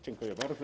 Dziękuję bardzo.